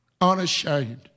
Unashamed